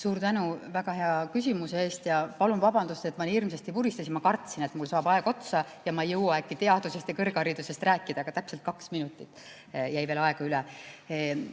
Suur tänu väga hea küsimuse eest! Ja palun vabandust, et ma nii hirmsasti vuristasin, ma kartsin, et mul saab aeg otsa ja ma ei jõua äkki teadusest ja kõrgharidusest rääkida. Aga täpselt kaks minutit jäi aega ülegi.